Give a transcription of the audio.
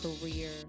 career